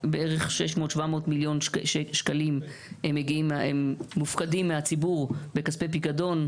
בערך 600-700 מיליון שקלים מופקדים מהציבור בכספי פיקדון,